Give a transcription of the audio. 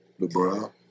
LeBron